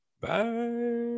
Bye